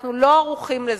אנחנו לא ערוכים לזה,